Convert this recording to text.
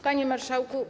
Panie Marszałku!